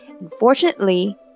Unfortunately